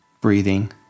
breathing